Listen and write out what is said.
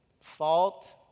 fault